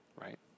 Right